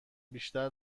بیشتر